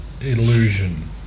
illusion